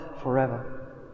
forever